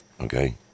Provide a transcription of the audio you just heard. okay